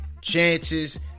chances